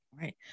right